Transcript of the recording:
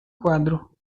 quadro